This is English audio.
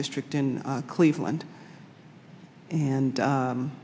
district in cleveland and